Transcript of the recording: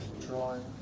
drawing